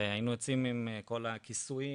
והיינו יוצאים עם כל הכיסויים,